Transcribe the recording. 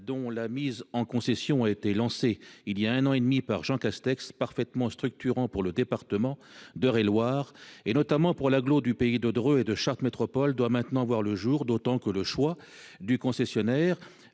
dont la mise en concession a été lancée il y a un an et demi par Jean Castex, est parfaitement structurant pour le département d'Eure-et-Loir, notamment pour les communautés d'agglomération du Pays de Dreux et de Chartres métropole. Il doit maintenant voir le jour, d'autant que le choix du concessionnaire